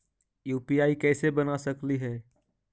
UPI कैसे बना सकली हे?